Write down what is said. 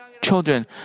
children